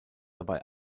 dabei